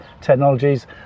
technologies